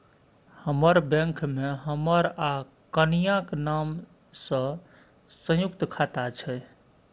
हमर बैंक मे हमर आ कनियाक नाम सँ संयुक्त खाता छै